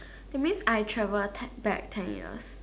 that means I travel ten back ten years